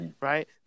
right